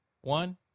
one